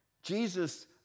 Jesus